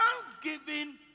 thanksgiving